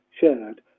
shared